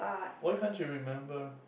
why can't you remember